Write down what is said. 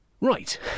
Right